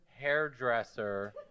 hairdresser